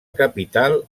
capital